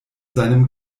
seinem